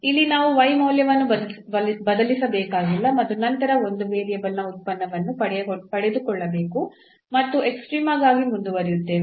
ಇಲ್ಲಿ ನಾವು ಮೌಲ್ಯವನ್ನು ಬದಲಿಸಬೇಕಾಗಿಲ್ಲ ಮತ್ತು ನಂತರ ಒಂದು ವೇರಿಯೇಬಲ್ನ ಉತ್ಪನ್ನವನ್ನು ಪಡೆದುಕೊಳ್ಳಬೇಕು ಮತ್ತು ಎಕ್ಸ್ಟ್ರೀಮಗಾಗಿ ಮುಂದುವರಿಯುತ್ತೇವೆ